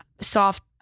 soft